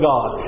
God